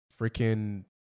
freaking